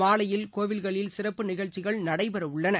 மாலையில் கோவில்களில் சிறப்பு நிகழ்ச்சிகள் நடைபெற உள்ளன